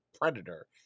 predator